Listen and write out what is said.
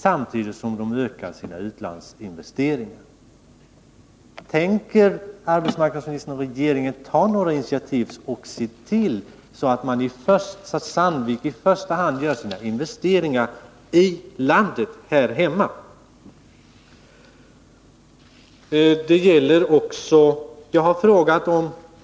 Samtidigt ökar Sandvik sina utlandsinvesteringar. Tänker arbetsmarknadsministern och regeringen ta några initiativ för att se till att Sandvik i första hand gör sina investeringar här hemma?